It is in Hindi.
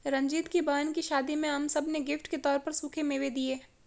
रंजीत की बहन की शादी में हम सब ने गिफ्ट के तौर पर सूखे मेवे दिए